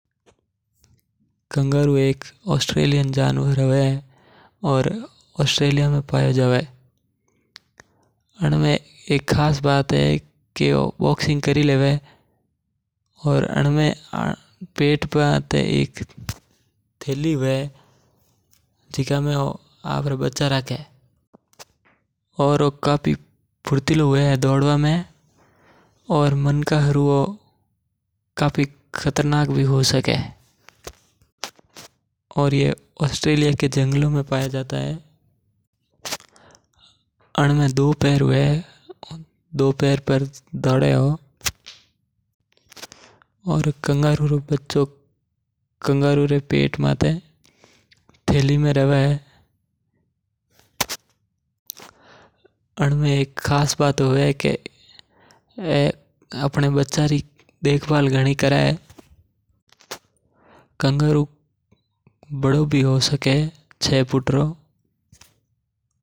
कंगारू एक ऑस्ट्रेलियन जानवर हवे। अनमें दो पैर हवे अनमें एक खास बात हैवे कि ओ बॉक्सिंग करी लेवे। अनमें पेट पर थैली हैवे बणमें ओआपरो बाछो राखता ह। कंगारू ऑस्ट्रेलिया रे जंगलां में पाइयो जावे और ओ तेज भी घणो दौड़ लेवे। कंगारू छे हू आठ फीट तक लम्बो होई सके।